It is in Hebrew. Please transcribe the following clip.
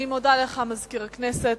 אני מודה לך, מזכיר הכנסת.